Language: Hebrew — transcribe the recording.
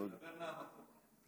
דבר מהמקום.